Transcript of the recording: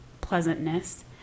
pleasantness